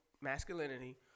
masculinity